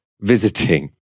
visiting